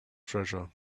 treasure